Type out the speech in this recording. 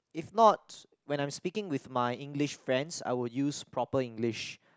if not when I'm speaking with my English friends I would use proper English